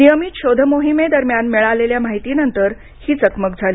नियमित शोधमोहिमे दरम्यान मिळालेल्या माहितीनंतर ही चकमक झाली